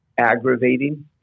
aggravating